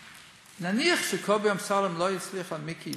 נניח שקובי אמסלם לא יצליח לשכנע את מיקי